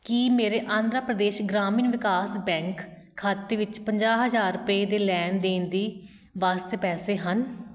ਕੀ ਮੇਰੇ ਆਂਧਰਾ ਪ੍ਰਦੇਸ਼ ਗ੍ਰਾਮੀਣ ਵਿਕਾਸ ਬੈਂਕ ਖਾਤੇ ਵਿੱਚ ਪੰਜਾਹ ਹਜ਼ਾਰ ਰੁਪਏ ਦੇ ਲੈਣ ਦੇਣ ਦੀ ਵਾਸਤੇ ਪੈਸੇ ਹਨ